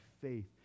faith